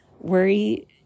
worry